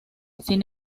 sin